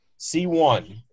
C1